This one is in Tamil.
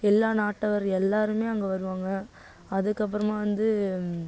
எல்லாம் நாட்டவர் எல்லோருமே அங்கே வருவாங்க அதுக்கு அப்புறமா வந்து